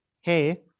hey